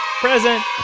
present